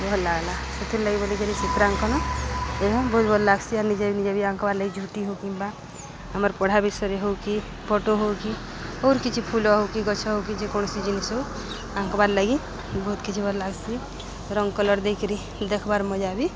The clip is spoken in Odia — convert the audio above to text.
ଭଲ୍ ଲାଗ୍ଲା ସେଥିର୍ଲାଗି ବଲିକରି ଚିତ୍ରାଙ୍କନ ଏ ବହୁତ୍ ଭଲ୍ ଲାଗ୍ସି ଆର୍ ନିଜେ ବି ନିଜେ ବି ଆଙ୍କ୍ବାର୍ ଲାଗି ଝୁଟି ହଉ କିମ୍ବା ଆମର୍ ପଢ଼ା ବିଷୟରେ ହଉ କି ଫଟୋ ହଉ କି ଅଉର୍ କିଛି ଫୁଲ୍ ହଉ କି ଗଛ୍ ହଉ କି ଯେକୌଣସି ଜିନିଷ୍ ହଉ ଆଙ୍କ୍ବାର୍ ଲାଗି ବହୁତ୍ କିଛି ଭଲ୍ ଲାଗ୍ସି ରଙ୍ଗ୍ କଲର୍ ଦେଇକିରି ଦେଖ୍ବାର୍ ମଜା ବି